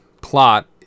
plot